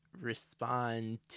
respond